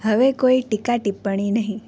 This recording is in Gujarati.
હવે કોઈ ટીકા ટીપ્પણી નહીં